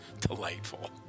delightful